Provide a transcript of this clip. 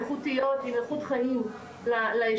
איכותיות עם איכות חיים ליישובים.